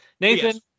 Nathan